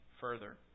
further